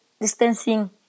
distancing